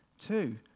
Two